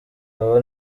abo